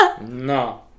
No